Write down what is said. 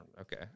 okay